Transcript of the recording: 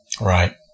Right